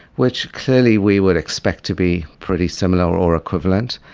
which clearly we would expect to be pretty similar or equivalent,